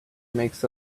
makes